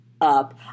up